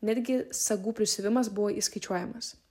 netgi sagų prisiuvimas buvo įskaičiuojamas